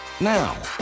Now